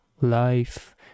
life